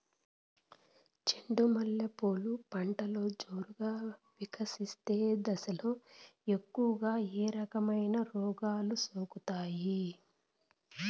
చెండు మల్లె పూలు పంటలో జోరుగా వికసించే దశలో ఎక్కువగా ఏ రకమైన రోగాలు సోకుతాయి?